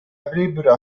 avrebbero